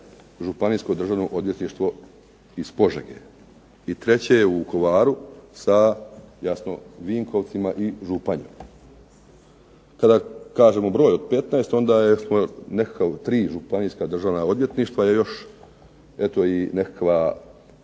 Županijsko državno odvjetništvo iz Požege. I treće je u Vukovaru sa jasno Vinkovcima i Županjom. Kada kažemo broj od 15 onda smo nekakva 3 županijska državna odvjetništva još eto i nekakva